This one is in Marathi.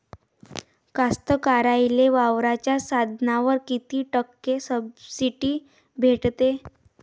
कास्तकाराइले वावराच्या साधनावर कीती टक्के सब्सिडी भेटते?